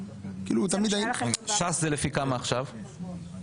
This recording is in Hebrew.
לפי כמה ש"ס עכשיו?